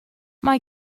mae